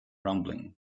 rumbling